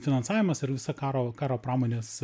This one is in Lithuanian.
finansavimas ir visa karo karo pramonės